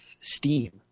Steam